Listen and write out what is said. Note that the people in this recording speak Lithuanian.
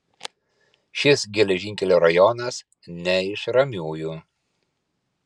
šis geležinkelio rajonas ne iš ramiųjų